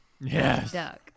Yes